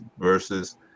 versus